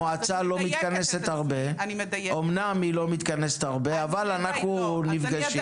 אומנם המועצה לא מתכנסת הרבה אבל אנחנו נפגשים.